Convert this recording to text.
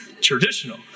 traditional